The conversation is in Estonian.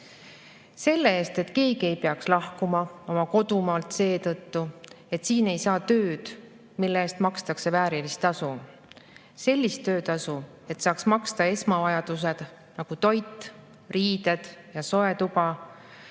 selle eest, et keegi ei peaks lahkuma oma kodumaalt seetõttu, et siin ei saa tööd, mille eest makstakse väärilist tasu, sellist töötasu, et saaks maksta esmavajaduste eest, nagu toit, riided ja soe tuba,